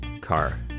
car